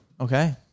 okay